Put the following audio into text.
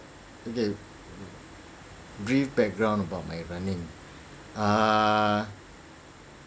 okay brief background about my running uh